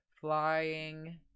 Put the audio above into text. flying